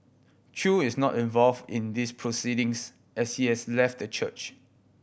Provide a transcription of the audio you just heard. chew is not involved in these proceedings as he has left the church